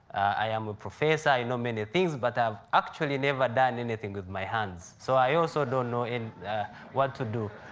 i am a professor. i know many things, but i have actually never done anything with my hands, so i also don't know what to do.